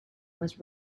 was